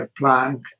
Planck